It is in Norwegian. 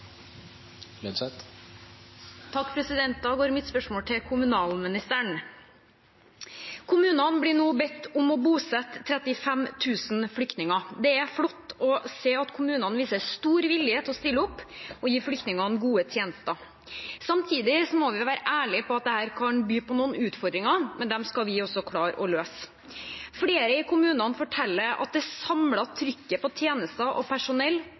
Mitt spørsmål går til kommunalministeren. Kommunene blir nå bedt om å bosette 35 000 flyktninger. Det er flott å se at kommunene viser stor vilje til å stille opp og gi flyktningene gode tjenester. Samtidig må vi være ærlige på at dette kan by på noen utfordringer, men dem skal vi klare å løse. Flere i kommunene forteller at det samlede trykket på tjenester og personell